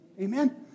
Amen